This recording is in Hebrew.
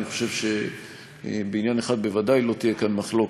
אני חושב שבעניין אחד בוודאי לא תהיה כאן מחלוקת.